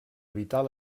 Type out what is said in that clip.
evitar